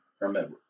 Remember